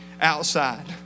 outside